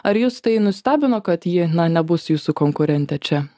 ar jus tai nustebino kad ji na nebus jūsų konkurentė čia